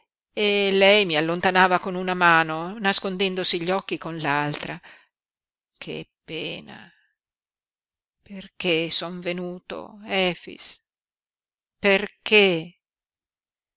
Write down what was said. perché e lei mi allontanava con una mano nascondendosi gli occhi con l'altra che pena perché son venuto efix perché